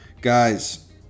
Guys